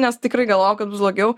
nes tikrai galvojau kad bus blogiau